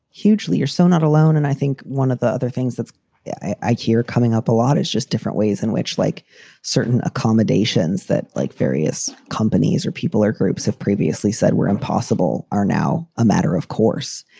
hugely. you're so not alone. and i think one of the other things that i hear coming up a lot is just different ways in which like certain accommodations that like various companies or people or groups have previously said we're impossible are now a matter. of course.